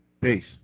Peace